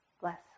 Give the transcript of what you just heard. Bless